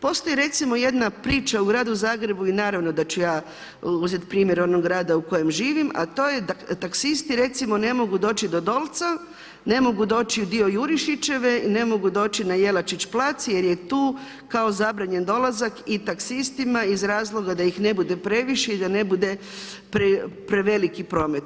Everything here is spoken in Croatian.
Postoji recimo jedna priča u gradu Zagrebu i naravno da ću ja uzet primjer onog grada u kojem živim, a to je da taksisti recimo ne mogu doći do Dolca, ne mogu doći u dio Jurišićeve, ne mogu doći na Jelačić plac jer je tu kao zabranjen dolazak i taksistima iz razloga da ih ne bude previše i da ne bude preveliki promet.